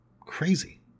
crazy